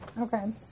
Okay